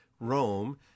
Rome